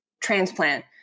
transplant